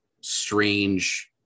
strange